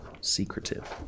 secretive